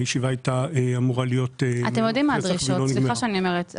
הישיבה הייתה אמורה להיות בפסח והיא לא נגמרה.